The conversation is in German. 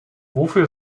wofür